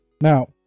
Now